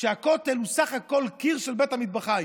שהכותל הוא סך הכול קיר של בית המטבחיים.